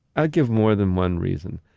i give more than one reason.